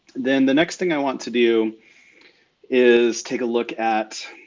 then the next thing i want to do is take a look at